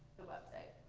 the website.